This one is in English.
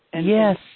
Yes